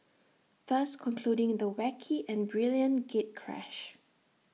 thus concluding the wacky and brilliant gatecrash